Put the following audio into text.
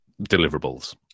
deliverables